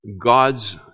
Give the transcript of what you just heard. God's